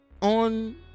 on